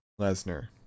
Lesnar